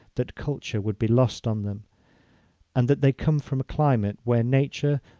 that culture would be lost on them and that they come from a climate, where nature,